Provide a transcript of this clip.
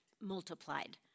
multiplied